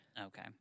Okay